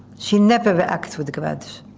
she never reacts with grudge